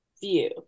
view